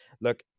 Look